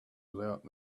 without